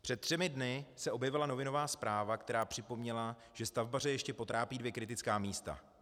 Před třemi dny se objevila novinová zpráva, která připomněla, že stavbaře ještě potrápí dvě kritická místa.